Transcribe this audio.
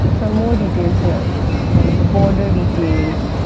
some more details here and the border details,